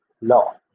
law